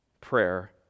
prayer